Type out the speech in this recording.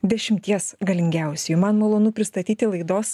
dešimties galingiausiųjų man malonu pristatyti laidos